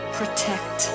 protect